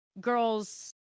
girls